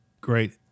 Great